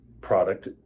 product